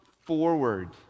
forward